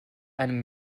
einem